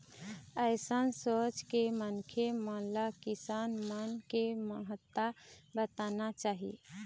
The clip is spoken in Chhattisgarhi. अइसन सोच के मनखे मन ल किसान मन के महत्ता बताना चाही